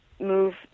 move